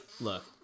look